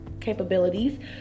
capabilities